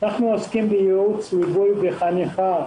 אנחנו עוסקים בייעוץ, ליווי וחניכה.